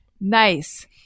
nice